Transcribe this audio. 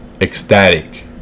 ecstatic